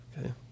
Okay